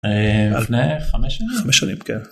לפני 5 שנים.